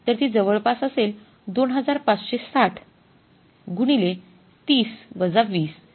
तर ती जवळपास असेल २५६० गुणिले ३० वजा २०